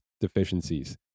deficiencies